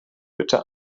bitte